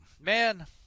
Man